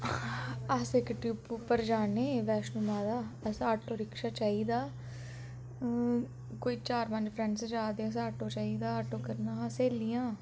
अस इक ट्रिप उप्पर जा ने बैश्णो माता असें आटो रिक्शा चाहिदा कोई चार पंज फ्रैंडस जा दे असें आटो चाहिदा हा आटो करना हा स्हेलियां